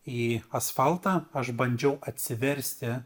į asfaltą aš bandžiau atsiversti